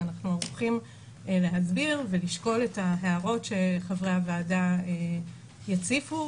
ואנחנו ערוכים להסביר ולשקול את ההערות שחברי הוועדה יציפו,